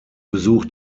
besuch